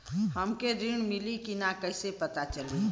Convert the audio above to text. हमके ऋण मिली कि ना कैसे पता चली?